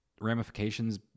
ramifications